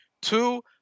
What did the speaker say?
Two